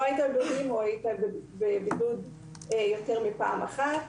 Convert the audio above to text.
היית בבידוד או היית בבידוד יותר מפעם אחת.